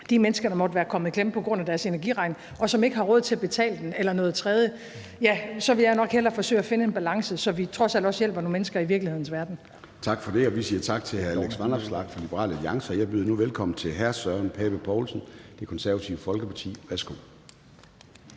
de mennesker, der måtte være kommet i klemme på grund af deres energiregning, og som ikke har råd til at betale den, eller noget tredje, ja, så ville jeg nok hellere forsøge at finde en balance, så vi trods alt også hjælper nogle mennesker i virkelighedens verden. Kl. 13:30 Formanden (Søren Gade): Tak for det. Vi siger tak til hr. Alex Vanopslagh fra Liberal Alliance. Jeg byder nu velkommen til hr. Søren Pape Poulsen, Det Konservative Folkeparti. Værsgo.